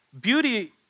beauty